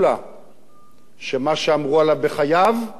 שמה שאמרו עליו בחייו אומרים בדיוק